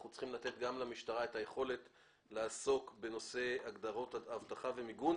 אנחנו צריכים לתת גם למשטרה את היכולת לעסוק בנושא הגדרות אבטחה ומיגון.